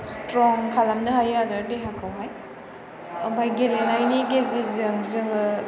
स्थ्रं खालामनो हायो आरो देहाखौहाय ओमफ्राय गेलेनायनि गेजेरजों जोङो